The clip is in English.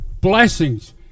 blessings